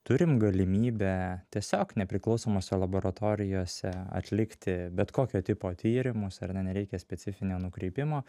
turim galimybę tiesiog nepriklausomose laboratorijose atlikti bet kokio tipo tyrimus ar ne nereikia specifinio nukreipimo